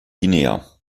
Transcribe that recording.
guinea